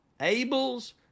Abel's